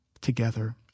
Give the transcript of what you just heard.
together